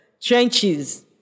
Trenches